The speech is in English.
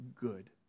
good